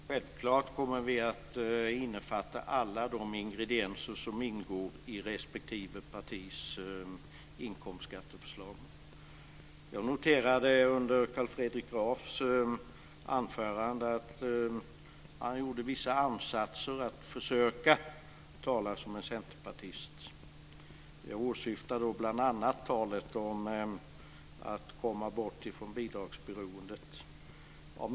Herr talman! Vi kommer självfallet att innefatta alla de ingredienser som ingår i respektive partis inkomstskatteförslag. Under Carl Fredrik Grafs anförande noterade jag att han gjorde vissa ansatser att försöka tala som en centerpartist. Jag åsyftar då bl.a. talet om att komma bort från bidragsberoendet.